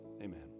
Amen